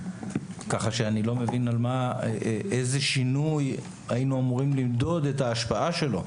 כך שאני לא מבין איזה שינוי היינו אמורים למדוד את ההשפעה שלו.